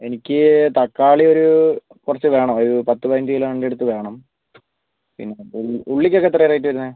എനിക്ക് തക്കാളി ഒരൂ കുറച്ച് വേണം ഒരു പത്ത് പതിനഞ്ച് കിലോന്റെ അടുത്ത് വേണം പിന്നെ ഉള്ളി ഉള്ളിക്കൊക്കെ എത്രയാണ് റേറ്റ് വരുന്നത്